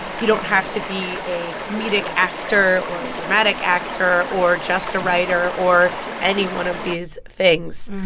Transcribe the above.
you don't have to be a comedic actor or a dramatic actor or just a writer or any one of these things.